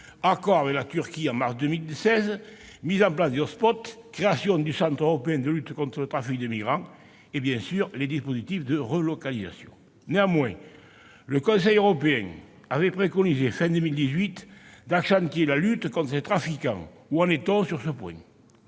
accord avec la Turquie en mars 2016, mise en place des hotspots, création du centre européen chargé de lutter contre le trafic de migrants et, bien sûr, les dispositifs de relocalisation. Néanmoins, le Conseil européen avait préconisé, à la fin de l'année 2018, d'accentuer la lutte contre les trafiquants. Où en est-on sur ce point ?